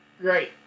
Great